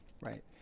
Right